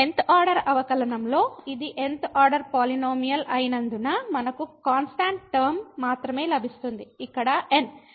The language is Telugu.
N th ఆర్డర్ అవకలనం లో ఇది n th ఆర్డర్ పాలినోమియల్ అయినందున మనకు కాన్స్టాంట్ టర్మ మాత్రమే లభిస్తుంది ఇక్కడ n